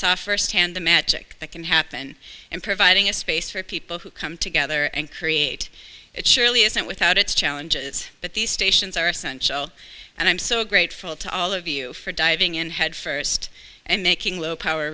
saw firsthand the magic that can happen and providing a space for people who come together and create it surely isn't without its challenges but these stations are essential and i'm so grateful to all of you for diving in head first and making low power